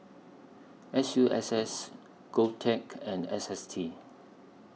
S U S S Govtech and S S T